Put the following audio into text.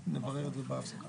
נברר את זה בהפסקה.